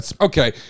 Okay